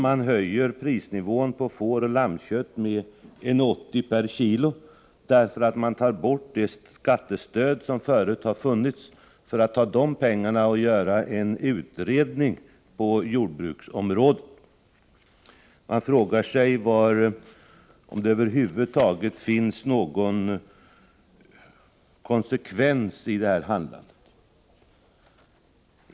Man höjer prisnivån på fåroch lammkött med 1:80 per kilo genom att man tar bort det tidigare skattestödet för att med de pengarna göra en utredning på jordbruksområdet. Man frågar sig om det över huvud taget finns någon konsekvens i detta handlande.